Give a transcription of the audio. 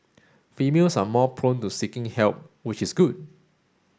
females are more prone to seeking help which is good